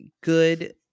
good